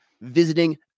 visiting